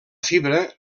fibra